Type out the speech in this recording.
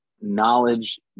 knowledge